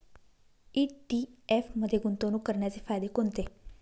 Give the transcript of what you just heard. ETF मध्ये गुंतवणूक करण्याचे फायदे कोणते?